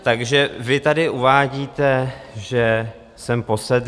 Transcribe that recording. Takže vy tady uvádíte, že jsem posedlý.